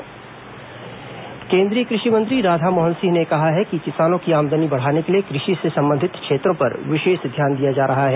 वर्षांत श्रंखला कार्यक्रम केन्द्रीय कृषि मंत्री राधामोहन सिंह ने कहा है कि किसानों की आमदनी बढ़ाने के लिए कृषि से संबंधित क्षेत्रों पर विशेष ध्यान दिया जा रहा है